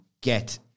get